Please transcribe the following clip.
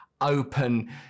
open